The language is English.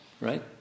right